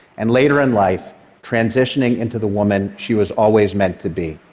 and later in life transitioning into the woman she was always meant to be.